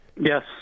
Yes